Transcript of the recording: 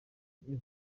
iyo